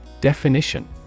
Definition